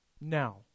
now